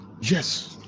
Yes